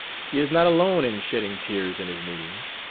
he is not alone in shedding tears in his meetings,